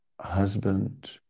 husband